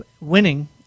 winning